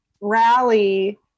rally